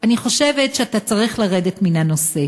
אני חושבת שאתה צריך לרדת מן הנושא,